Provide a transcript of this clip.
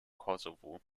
kosovo